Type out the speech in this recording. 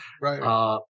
Right